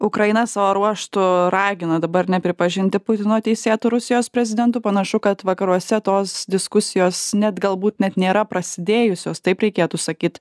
ukraina savo ruožtu ragina dabar nepripažinti putino teisėtu rusijos prezidentu panašu kad vakaruose tos diskusijos net galbūt net nėra prasidėjusios taip reikėtų sakyti